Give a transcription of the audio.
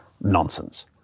nonsense